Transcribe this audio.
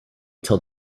till